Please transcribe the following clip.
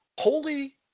holy